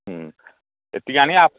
ହୁଁ ଏତିକି ଆଣିଆ